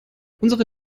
unsere